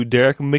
Derek